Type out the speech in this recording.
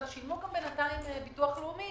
אבל שילמו בינתיים ביטוח לאומי